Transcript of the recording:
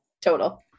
total